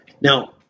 Now